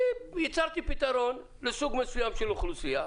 אני ייצרתי פתרון לסוג מסוים של אוכלוסייה.